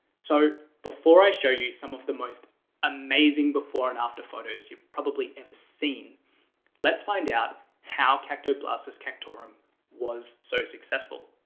so, before i show you some of the most amazing before and after photos you've probably ever seen let's find out how cactoblastis cactorum was so successful.